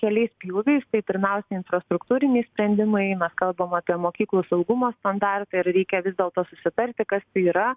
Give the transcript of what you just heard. keliais pjūviais tai pirmiausia infrastruktūriniai sprendimai mes kalbam apie mokyklų saugumo standartą ir reikia vis dėlto susitarti kas tai yra